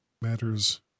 Matters